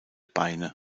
beine